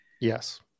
Yes